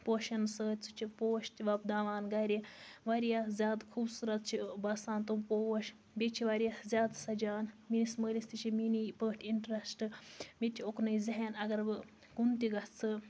پوشَن سۭتۍ سُہ چھُ پوش تہِ وۄپداوان گرِ واریاہ زیادٕ خوٗبصوٗرت چھِ باسان تِم پوش بیٚیہِ چھِ واریاہ زیادٕ سَجان میٛٲنِس مٲلِس تہِ چھِ میٛٲنی پٲٹھۍ اِنٹرَسٹہٕ مےٚ تہِ چھُ اوٚکنُے ذہن اَگر وۅنۍ کُن تہِ گژھٕ